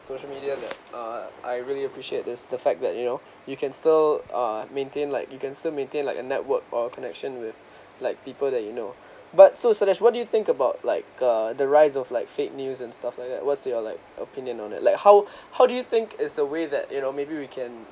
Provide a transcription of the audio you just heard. social media that uh I really appreciate the fact that you know you can still uh maintain like you can still maintain like a network or connection with like people that you know but so sadaj what do you think about like uh the rise of like fake news and stuff like that what's your like opinion on it like how how do you think is the way that you know maybe we can